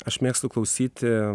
aš mėgstu klausyti